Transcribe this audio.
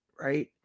right